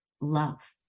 love